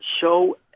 show